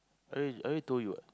I I already told you what